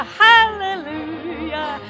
hallelujah